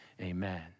amen